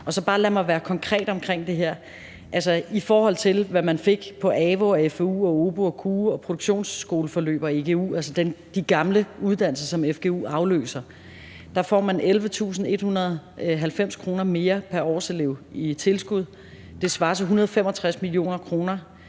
mig så bare være konkret omkring det her: I forhold til hvad man fik på avu, fvu, obu, kuu, produktionsskoleforløb og agu, altså de gamle uddannelser, som fgu afløser, får man 11.190 kr. mere pr. årselev i tilskud. Det svarer til 165 mio. kr.